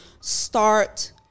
start